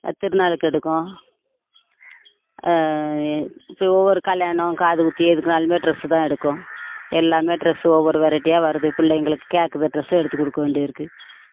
திருநாளுக்கு எடுக்கோம் இப்படி ஒவ்வொரு கல்யாணம் காதுகுத்து எதுக்கு நாளும் ட்ரெஸ் தான் எடுக்கோம் எல்லாம் ட்ரெஸ் ஒவ்வொரு வெரைட்டியாக வருது பிள்ளைங்களுக்கு கேட்குத ட்ரெஸ்ஸை எடுத்து கொடுக்க வேண்டி இருக்குது